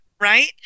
right